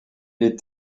est